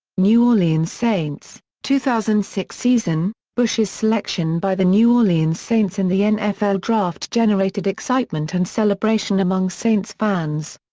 new orleans saints two thousand and six season bush's selection by the new orleans saints in the nfl draft generated excitement and celebration among saints fans.